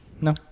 no